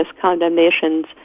condemnations